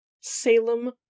Salem